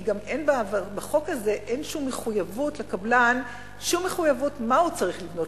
כי בחוק הזה אין שום מחויבות לקבלן מה הוא צריך לבנות,